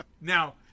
Now